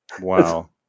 Wow